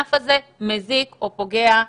שהענף הזה פוגע בבריאות.